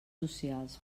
socials